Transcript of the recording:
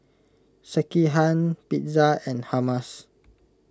Sekihan Pizza and Hummus